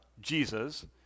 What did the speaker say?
Jesus